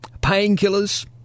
painkillers